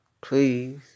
please